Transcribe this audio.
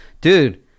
Dude